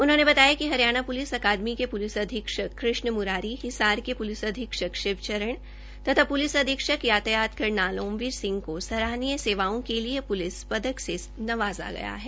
उन्होंने बताया कि हरियाणा पुलिस अकादमी के पुलिस अधीक्षक कृष्ण मुरारी हिसार के पुलिस अधीक्षक शिवचरण तथा पुलिस अधीक्षक यातायात करनाल ओमवीर सिंह को सराहनीय सेवाओं के लिए पुलिस पदक से नवाजा गया है